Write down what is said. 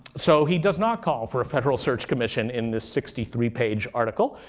so he does not call for a federal search commission in this sixty three page article.